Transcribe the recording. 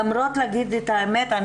אגיד את האמת,